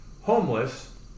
homeless